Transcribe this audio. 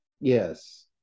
Yes